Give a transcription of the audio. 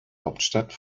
hauptstadt